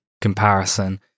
comparison